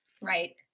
Right